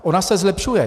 Ona se zlepšuje.